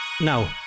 Now